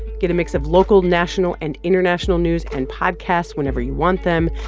get a mix of local, national and international news and podcasts whenever you want them.